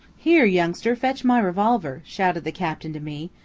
here, youngster, fetch my revolver, shouted the captain to me.